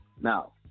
Now